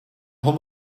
hum